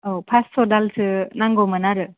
औ फास्स' दालसो नांगौमोन आरो